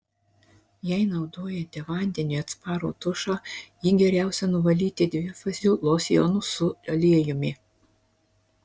jei naudojate vandeniui atsparų tušą jį geriausia nuvalyti dvifaziu losjonu su aliejumi